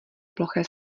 ploché